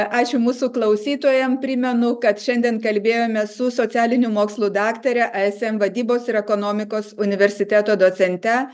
ačiū mūsų klausytojam primenu kad šiandien kalbėjomės su socialinių mokslų daktare ism vadybos ir ekonomikos universiteto docente